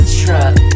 truck